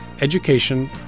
education